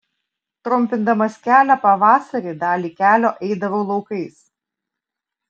trumpindamas kelią pavasarį dalį kelio eidavau laukais